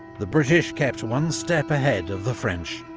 the british kept one step ahead of the french.